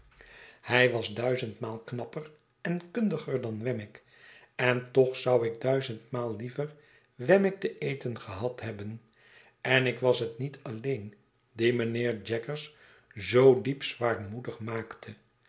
hij was duizendmaal fcnapper en kundiger dan wemmick en toch zou ik duizendmaal liever wemmick ten eten gehad hebben en ik was het niet alleen dien mijnheer jaggers zoo diep zwaarmoedig maakte